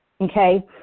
Okay